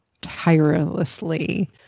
Tirelessly